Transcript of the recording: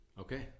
Okay